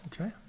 okay